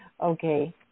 Okay